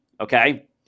Okay